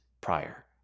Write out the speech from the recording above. prior